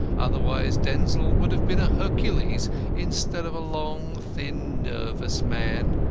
otherwise denzil would have been a hercules instead of a long, thin, nervous man,